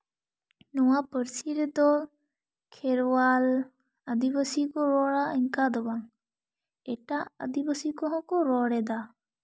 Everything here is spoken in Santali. ᱱᱚᱶᱟ ᱯᱟᱹᱨᱥᱤ ᱨᱮᱫᱚ ᱠᱷᱮᱨᱣᱟᱞ ᱟᱹᱫᱤᱵᱟᱹᱥᱤ ᱠᱚ ᱨᱚᱲᱟ ᱚᱱᱠᱟ ᱫᱚ ᱵᱟᱝ ᱮᱴᱟᱜ ᱟᱹᱫᱤᱵᱟᱹᱥᱤ ᱠᱚᱦᱚᱸ ᱠᱚ ᱨᱚᱲᱮᱫᱟ